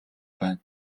байна